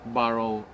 borrow